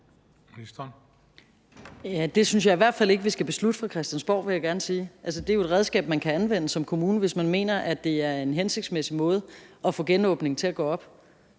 Det synes jeg i hvert fald ikke at vi skal beslutte her på Christiansborg, vil jeg gerne sige. Det er jo et redskab, man som kommune kan anvende, hvis man mener, det er en hensigtsmæssig måde at få genåbningen til at gå op